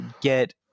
get